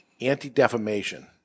anti-defamation